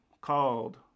Called